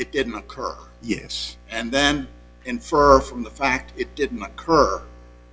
it didn't occur yes and then infer from the fact it didn't occur